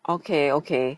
okay okay